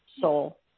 soul